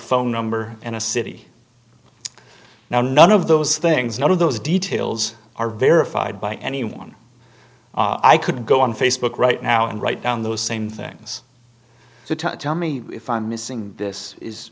phone number and a city now none of those things none of those details are verified by anyone i could go on facebook right now and write down those same things to tell me if i'm missing this is